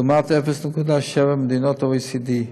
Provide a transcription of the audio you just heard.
לעומת 0.7 במדינות ה-OECD.